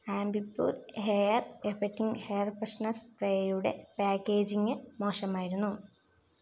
ആംബി Pur air effecting air freshener സ്പ്രേയുടെ packaging മോശമായിരുന്നു